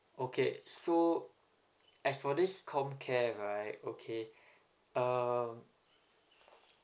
okay so as for this comcare right okay uh